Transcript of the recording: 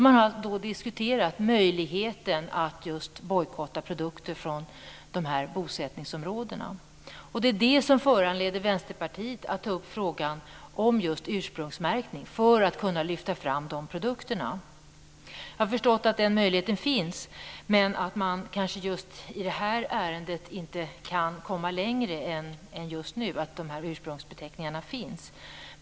Man har diskuterat möjligheten att bojkotta produkter från bosättningsområdena. Det är det som föranleder Vänsterpartiet att ta upp frågan om ursprungsmärkning för att kunna lyfta fram de produkterna. Jag har förstått att den möjligheten finns. Men i det här ärendet kan man kanske inte komma längre just nu än till att ursprungsbeteckningarna finns.